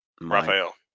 Raphael